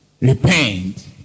repent